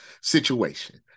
situation